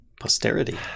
Posterity